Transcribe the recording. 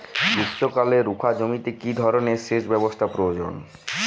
গ্রীষ্মকালে রুখা জমিতে কি ধরনের সেচ ব্যবস্থা প্রয়োজন?